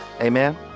Amen